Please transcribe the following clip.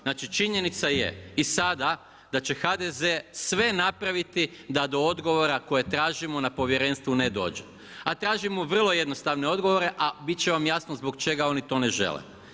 Znači činjenica je i sada da će HDZ sve napraviti da do odgovora koje tražimo na Povjerenstvu ne dođe, a tražimo vrlo jednostavne odgovore, a bit će vam jasno zbog čega oni to ne žele.